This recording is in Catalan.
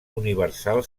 universal